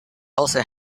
also